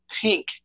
Tank